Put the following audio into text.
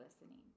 listening